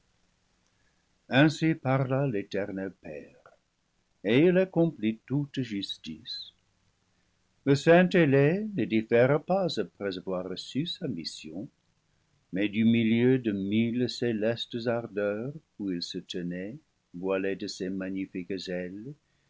ainsi parla l'éternel père et il accomplit toute justice le saint ailé ne diffère pas après avoir reçu sa mission mais du milieu de mille célestes ardeurs où il se tenait voilé de ses magnifiques ailes